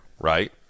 right